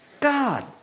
God